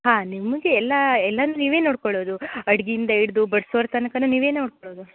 ಹಾಂ ನಿಮ್ಗೆ ಎಲ್ಲ ಎಲ್ಲಾ ನೀವೇ ನೋಡ್ಕೊಳ್ಳೋದು ಅಡ್ಗೆಯಿಂದ ಹಿಡ್ದು ಬಡ್ಸೋರ ತನಕನೂ ನೀವೇ ನೋಡ್ಕೊಳ್ಳೋದು